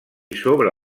sobre